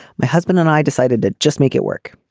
my husband and i decided to just make it work.